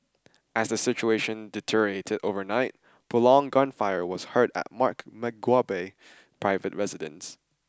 as the situation deteriorated overnight prolonged gunfire was heard at Mark Mugabe private residence